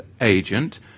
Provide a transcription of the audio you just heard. agent